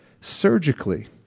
surgically